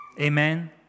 Amen